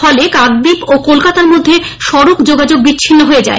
ফলে কাকদ্বীপ ও কলকাতার মধ্যে সড়ক যোগাযোগ বিচ্ছিন্ন হয়ে যায়